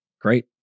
Great